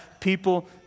people